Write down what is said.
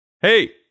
Hey